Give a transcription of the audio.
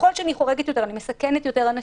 ככל שאני חורגת יותר אני מסכנת יותר אנשים.